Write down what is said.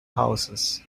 houses